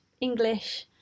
English